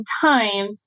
time